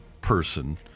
person